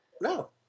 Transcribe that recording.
No